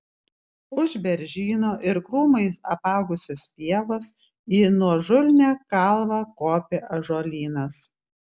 už beržyno ir krūmais apaugusios pievos į nuožulnią kalvą kopė ąžuolynas